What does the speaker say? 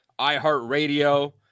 iHeartRadio